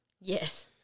Yes